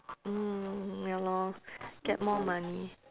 mm ya lor get more money